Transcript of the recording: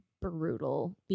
brutal